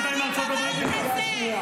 הכנסת יסמין פרידמן, את בקריאה ראשונה.